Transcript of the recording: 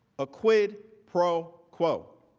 a quid pro quo.